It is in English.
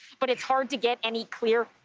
but it's hard to get any clear,